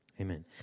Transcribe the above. Amen